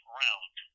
round